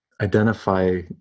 identify